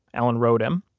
allen wrote him,